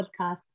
Podcast